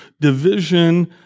division